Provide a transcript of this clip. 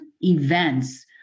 events